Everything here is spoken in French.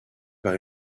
par